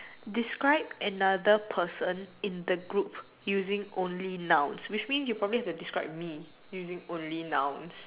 describe another person in the group using only nouns which means you probably have to describe me using only nouns